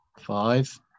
Five